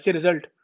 result